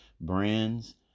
brands